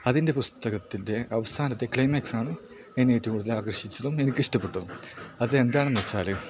അതിൻ്റെ പുസ്തകത്തിൻ്റെ അവസാനത്തെ ക്ലൈമാക്സാണ് എന്നെ ഏറ്റവും കൂടുതൽ ആകർഷിച്ചതും എനിക്കിഷ്ടപ്പെട്ടതും അത് എന്താണെന്ന് വച്ചാൽ